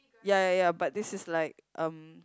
ya ya ya but this is like um